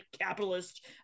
capitalist